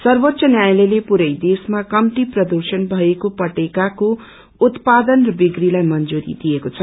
सर्वोच्च न्यायालयले पुरै देशमा कम्ती प्रदूषण भएको पटेकाको उत्पादन र बिक्रीलाई मंजुरी दिएको छ